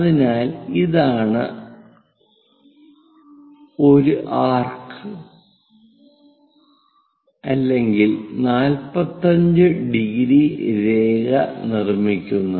അതിനാൽ ഇതാണ് ഒരു ആർക്ക് അല്ലെങ്കിൽ 45° രേഖ നിർമ്മിക്കുന്നത്